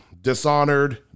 Dishonored